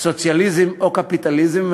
סוציאליזם או קפיטליזם,